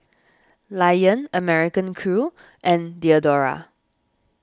Lion American Crew and Diadora